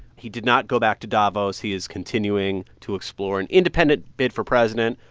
he did not go back to davos. he is continuing to explore an independent bid for president.